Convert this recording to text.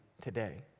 today